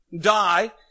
die